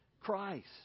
Christ